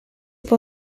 può